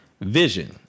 vision